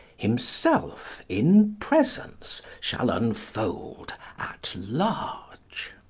himself in presence shall unfold at large.